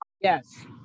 yes